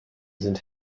sind